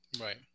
right